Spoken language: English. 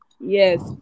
Yes